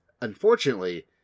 Unfortunately